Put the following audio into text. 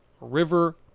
River